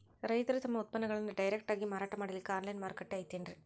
ರೈತರು ತಮ್ಮ ಉತ್ಪನ್ನಗಳನ್ನು ಡೈರೆಕ್ಟ್ ಆಗಿ ಮಾರಾಟ ಮಾಡಲಿಕ್ಕ ಆನ್ಲೈನ್ ಮಾರುಕಟ್ಟೆ ಐತೇನ್ರೀ?